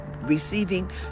receiving